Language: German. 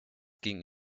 ging